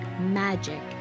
magic